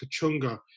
Kachunga